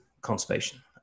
conservation